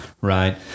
right